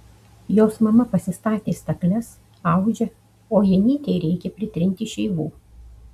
jos mama pasistatė stakles audžia o janytei reikia pritrinti šeivų